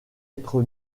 être